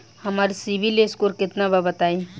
हमार CIBIL score केतना बा बताईं?